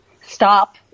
stop